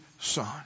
son